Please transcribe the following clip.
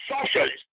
socialist